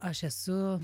aš esu